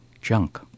Junk